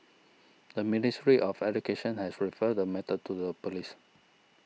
the Ministry of Education has referred the matter to the police